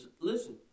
Listen